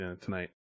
tonight